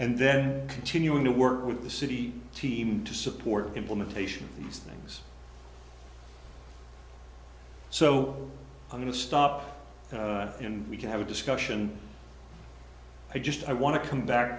and then continuing to work with the city team to support implementation these things so i'm going to stop and we can have a discussion i just i want to come back